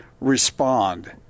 respond